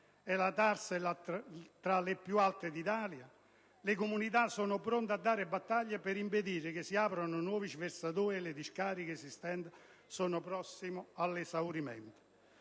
la TARSU è tra le più alte d'Italia, le comunità sono pronte a dare battaglia per impedire che si aprano nuovi sversatoi e le discariche esistenti sono prossime all'esaurimento.